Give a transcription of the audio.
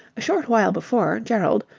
a short while before, gerald,